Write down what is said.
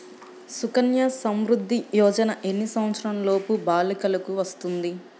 సుకన్య సంవృధ్ది యోజన ఎన్ని సంవత్సరంలోపు బాలికలకు వస్తుంది?